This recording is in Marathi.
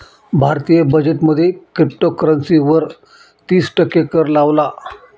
भारतीय बजेट मध्ये क्रिप्टोकरंसी वर तिस टक्के कर लावला